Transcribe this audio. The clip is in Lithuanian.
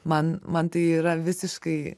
man man tai yra visiškai